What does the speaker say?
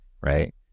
right